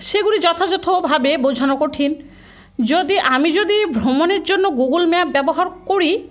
সেগুলি যথাযথভাবে বোঝানো কঠিন যদি আমি যদি ভ্রমণের জন্য গুগল ম্যাপ ব্যবহার করি